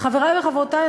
חברי וחברותי,